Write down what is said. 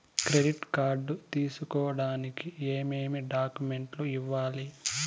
credit card తీసుకోడానికి ఏమేమి డాక్యుమెంట్లు ఇవ్వాలి